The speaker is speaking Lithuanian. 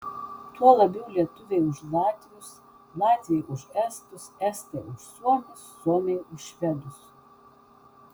tuo labiau lietuviai už latvius latviai už estus estai už suomius suomiai už švedus